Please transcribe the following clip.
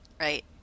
Right